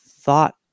thought